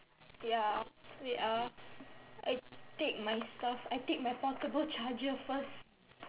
ya wait ah I take my stuff I take my portable charger first